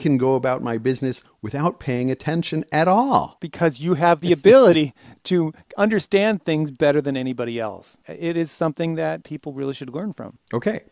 about my business without paying attention at all because you have the ability to understand things better than anybody else it is something that people really should learn from ok